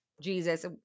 Jesus